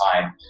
time